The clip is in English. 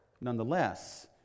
nonetheless